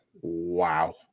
wow